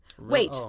Wait